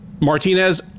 Martinez